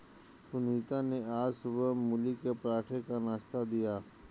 सुनीता ने आज सुबह मूली के पराठे का नाश्ता दिया